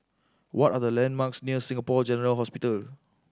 what are the landmarks near Singapore General Hospital